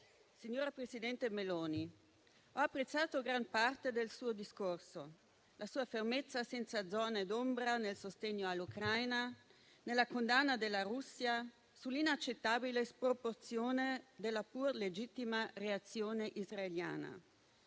signora presidente Meloni, ho apprezzato gran parte del suo discorso, la sua fermezza senza zone d'ombra nel sostegno all'Ucraina e nella condanna della Russia, nonché sull'inaccettabile sproporzione della pur legittima reazione israeliana.